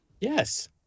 Yes